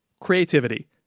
Creativity